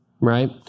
right